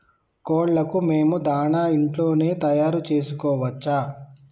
కోళ్లకు మేము దాణా ఇంట్లోనే తయారు చేసుకోవచ్చా?